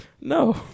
No